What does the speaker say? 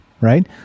right